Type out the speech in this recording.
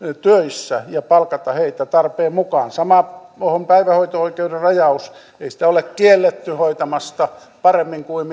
töissä ja palkata heitä tarpeen mukaan sama on päivähoito oikeuden rajauksen kohdalla ei ole kielletty hoitamasta paremmin kuin